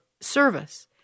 service